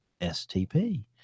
stp